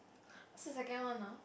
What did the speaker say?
what's the second one ah